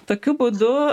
tokiu būdu